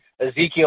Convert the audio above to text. Ezekiel